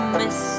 miss